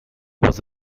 was